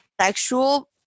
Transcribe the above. Sexual